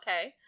Okay